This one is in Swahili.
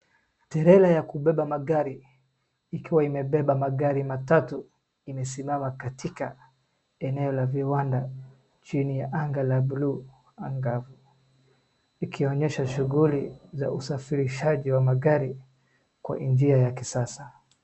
Trela ya kubeba magari ikiwa imebeba magari matatu imesimama katika eneo la viwanda chini ya anga la buluu angavu, ikionyesha shughuli za usafirishaji wa magari kwa njia ya kisasa.